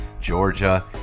Georgia